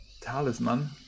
talisman